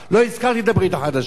לא הזכרתי את הברית החדשה.